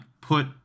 put